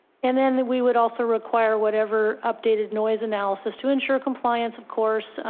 and then we would also require whatever updated noise analysis to ensure compliance. of course